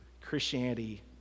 Christianity